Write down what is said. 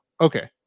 Okay